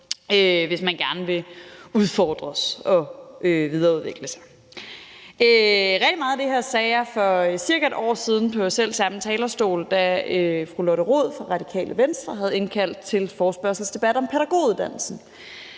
hvis man gerne vil udfordres og videreudvikle sig. Rigtig meget af det her sagde jeg også for cirka et år siden på selv samme talerstol, da fru Lotte Rod fra Radikale Venstre havde indkaldt til en forespørgselsdebat om pædagoguddannelsen.